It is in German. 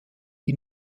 die